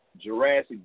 Jurassic